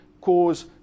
cause